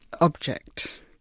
object